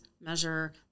measure